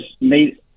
made